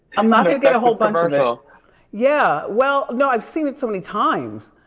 i'm not gonna get a whole bunch sort of yeah, well, no, i've seen it so many times.